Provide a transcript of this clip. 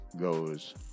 goes